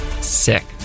Sick